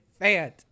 Fant